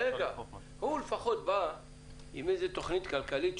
הוא לפחות בא עם תוכנית כלכלית.